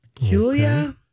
Julia